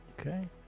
Okay